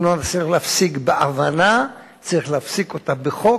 אם לא נצליח להפסיק בהבנה, צריך להפסיק אותה בחוק,